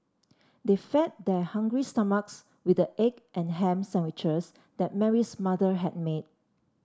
they fed their hungry stomachs with the egg and ham sandwiches that Mary's mother had made